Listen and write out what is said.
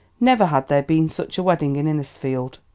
never had there been such a wedding in innisfield.